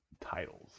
titles